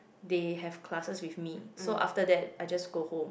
they have classes with me so after that I just go home